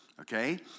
okay